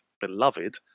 beloved